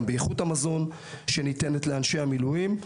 באיכות המזון שניתנת לאנשי המילואים.